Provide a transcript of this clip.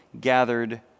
gathered